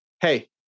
hey